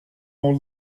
all